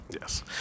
Yes